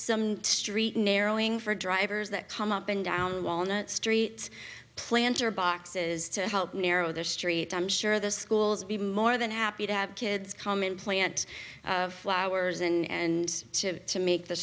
some street narrowing for drivers that come up and down walnut street planter boxes to help narrow their street i'm sure the schools be more than happy to have kids come and plant flowers and to to make the